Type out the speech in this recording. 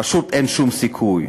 פשוט אין שום סיכוי.